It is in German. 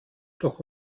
doch